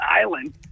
island